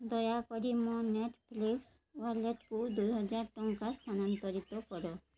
ଦୟାକରି ମୋ ନେଟ୍ଫ୍ଲିକ୍ସ୍ ୱଲେଟ୍କୁ ଦୁଇହଜାର ଟଙ୍କା ସ୍ଥାନାନ୍ତରିତ କର